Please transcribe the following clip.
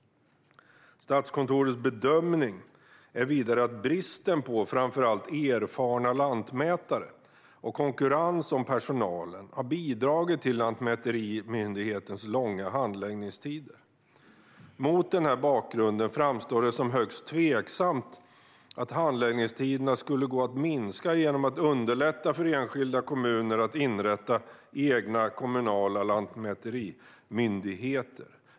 Statskontorets bedömning är vidare att bristen på framför allt erfarna lantmätare och konkurrens om personalen har bidragit till Lantmäteriets långa handläggningstider. Mot denna bakgrund framstår det som högst tveksamt att det skulle gå att korta handläggningstiderna genom att underlätta för enskilda kommuner att inrätta egna kommunala lantmäterimyndigheter.